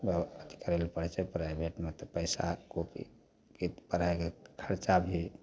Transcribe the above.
job अथी करैलए पड़ै छै प्राइवेटमे तऽ पइसा पढ़ाइके खरचा भी